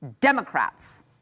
Democrats